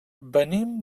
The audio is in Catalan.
venim